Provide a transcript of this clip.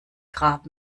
grab